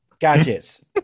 Gadgets